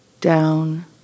down